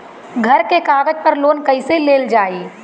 घर के कागज पर लोन कईसे लेल जाई?